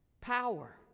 power